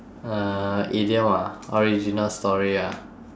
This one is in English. uh idiom ah original story ah